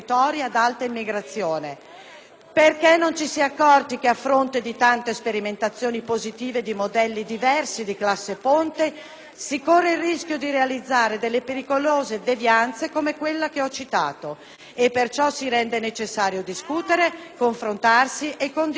perché non ci si è accorti che a fronte di tante sperimentazioni positive di modelli diversi di classe-ponte, si corre il rischio di realizzare delle pericolose devianze tipo quella citata e perciò si rende necessario discutere, confrontarsi e condividere per normare l'esistente;